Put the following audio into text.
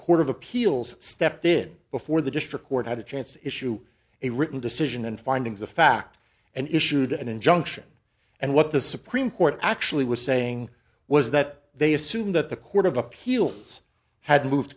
court of appeals stepped in before the district court had a chance issue a written decision and findings of fact and issued an injunction and what the supreme court actually was saying was that they assumed that the court of appeals had moved